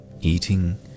eating